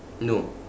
no